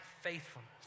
faithfulness